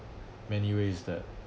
many ways that